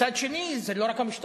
מצד שני, זה לא רק המשטרה,